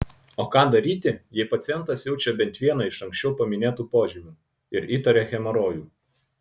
o ką daryti jei pacientas jaučia bent vieną iš anksčiau paminėtų požymių ir įtaria hemorojų